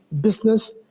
business